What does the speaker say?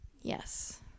Yes